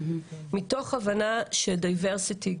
מתוך הבנה שדיוורסיטי,